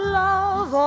love